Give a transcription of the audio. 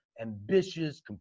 ambitious